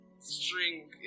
string